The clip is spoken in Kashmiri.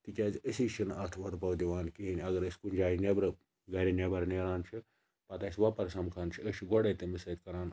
تِکیازِ أسے چھِ نہٕ اتھ وۄدبَو دِوان کِہیٖنۍ اَگَر أسۍ کُنہِ جایہِ نیٚبرٕ گَرِ نیٚبَر نیران چھِ پَتہٕ اَسہِ وۄپَر سَمکھان چھُ أسۍ چھِ گوٚڈے تٔمِس سۭتۍ کَران